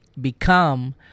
become